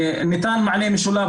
ניתן מענה משולב,